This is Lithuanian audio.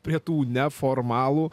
prie tų neformalų